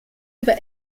über